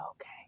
okay